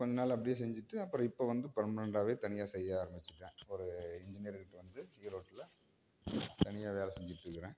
கொஞ்சம் நாள் அப்படியே செஞ்சுட்டு அப்புறம் இப்போ வந்து பெர்மனெண்ட்டாகவே தனியாக செய்ய ஆரம்பிச்சிட்டேன் ஒரு இன்ஜினியர் கிட்டே வந்து ஈரோட்டில் தனியாக வேலை செஞ்சுட்டு இருக்கிறேன்